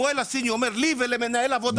הפועל הסיני אומר לי ולמנהל עבודה,